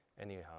Anyhow